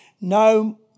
no